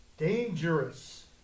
dangerous